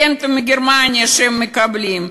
הרנטה מגרמניה שהם מקבלים,